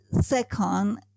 Second